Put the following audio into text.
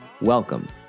Welcome